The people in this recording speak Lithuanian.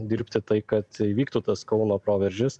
dirbti tai kad įvyktų tas kauno proveržis